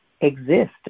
exist